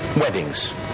weddings